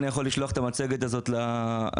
לא אתעכב על כל המטרות והצעדים שעשינו,